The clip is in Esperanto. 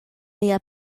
lia